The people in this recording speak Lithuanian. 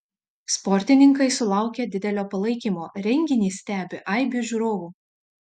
sportininkai sulaukia didelio palaikymo renginį stebi aibė žiūrovų